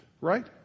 Right